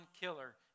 killer